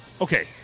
Okay